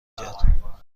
کرد